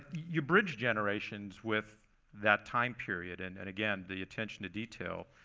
you bridge generations with that time period and, and again, the attention to detail.